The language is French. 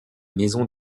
maison